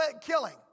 killing